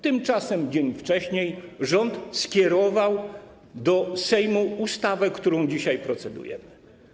Tymczasem dzień wcześniej rząd skierował do Sejmu ustawę, nad którą dzisiaj procedujemy.